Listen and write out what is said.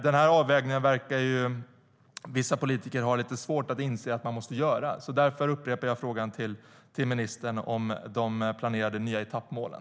Vissa politiker verkar ha lite svårt att inse att den avvägningen måste göras. Därför upprepar jag frågan till ministern om de planerade nya etappmålen.